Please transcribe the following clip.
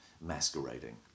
masquerading